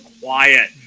quiet